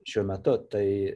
šiuo metu tai